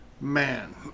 Man